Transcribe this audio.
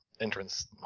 entrance